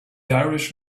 irish